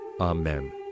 Amen